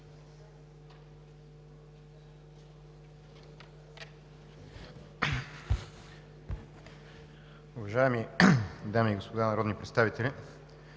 Уважаеми дами и господа народни представители!